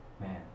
Man